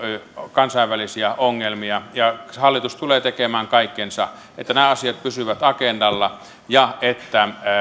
kansainvälisiä ongelmia ja hallitus tulee tekemään kaikkensa että nämä asiat pysyvät agendalla ja että